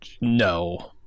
No